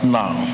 now